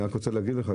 אני רק רוצה להגיד לך,